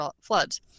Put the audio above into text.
floods